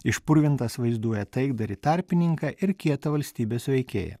išpurvintas vaizduoja taikdarį tarpininką ir kietą valstybės veikėją